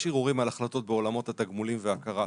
יש ערעורים על החלטות בעולמות התגמולים וההכרה,